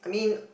I mean